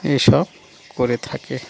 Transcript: এসব করে থাকে